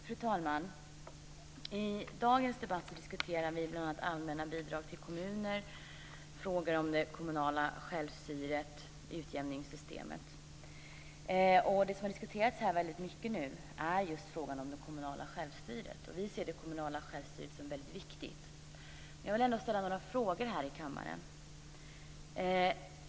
Fru talman! I dagens debatt diskuterar vi bl.a. allmänna bidrag till kommuner, frågor om det kommunala självstyret och utjämningssystemet. Det som har diskuterats här väldigt mycket är just frågan om det kommunala självstyret. Och vi ser det kommunala självstyret som väldigt viktigt. Men jag vill ändå ställa några frågor här i kammaren.